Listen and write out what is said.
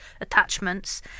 attachments